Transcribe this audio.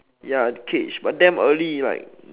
ya cage but damn early like